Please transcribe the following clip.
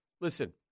Listen